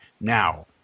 now